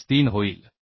53 होईल